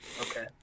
Okay